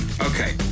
Okay